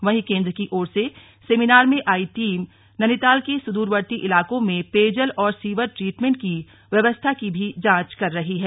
वहीं केन्द्र की ओर से सेमिनार में आयी टीम नैनीताल के सुदुरवर्ती इलाकों में पेयजल और सीवर ट्रीटमेंट की व्यवस्था की भी जांच कर रही है